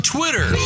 Twitter